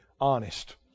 honest